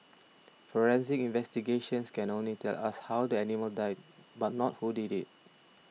forensic investigations can only tell us how the animal died but not who did it